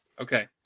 Okay